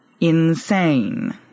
Insane